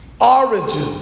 Origin